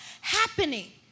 happening